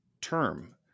term